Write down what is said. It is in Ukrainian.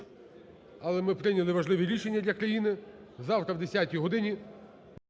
але ми прийняли важливі рішення для країни. Завтра о 10-й годині